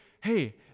hey